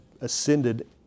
ascended